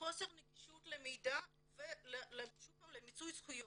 חוסר נגישות למידע ולמיצוי זכויות.